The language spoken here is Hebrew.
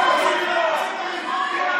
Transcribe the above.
בושה וחרפה.